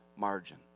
margin